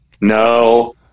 No